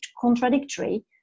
contradictory